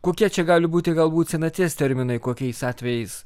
kokie čia gali būti galbūt senaties terminai kokiais atvejais